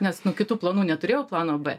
nes nu kitų planų neturėjau plano b